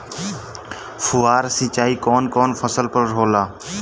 फुहार सिंचाई कवन कवन फ़सल पर होला?